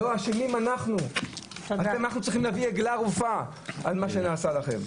אנחנו צריכים להביא עגלה ערופה על מה שנעשה לכם.